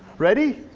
ready?